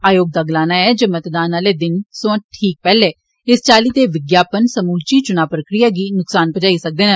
आयोग दा गलाना ऐ जे मतदान आले दिन सोयां ठीक पैहले इस चाली दे विज्ञापन समूलची चुनां प्रक्रिया गी नुक्सान पुजाई सकदा ऐ